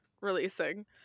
releasing